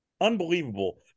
unbelievable